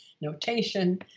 notation